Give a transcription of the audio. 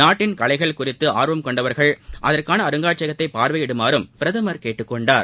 நாட்டின் கலைகள் குறித்து ஆர்வம் கொண்டவர்கள் அதற்கான அருங்காட்சியகத்தை பார்வையிடுமாறும் பிரதமர் கேட்டுக்கொண்டார்